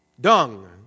dung